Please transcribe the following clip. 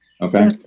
Okay